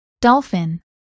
dolphin